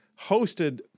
hosted